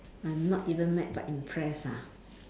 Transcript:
I'm not even mad but impressed ah